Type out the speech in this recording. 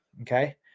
Okay